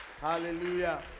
Hallelujah